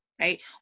right